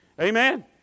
Amen